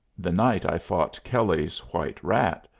the night i fought kelley's white rat,